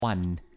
one